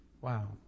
Wow